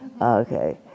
Okay